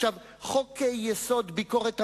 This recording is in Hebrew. עכשיו חוק-יסוד: ביקורת המדינה,